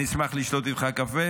אני אשמח לשתות אתך קפה